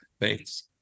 Thanks